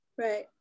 right